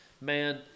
man